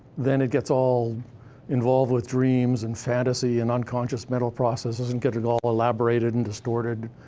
then it gets all involved with dreams and fantasy and unconscious mental processes and get it all elaborated and distorted,